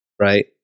right